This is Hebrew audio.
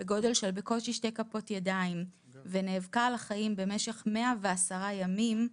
בגודל של בקושי שתי כפות ידיים ונאבקה על החיים במשך 110 ימים,